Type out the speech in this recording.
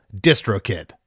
DistroKid